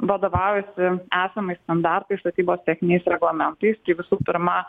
vadovaujasi esamais standartais statybos techniniais reglamentais visų pirma